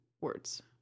words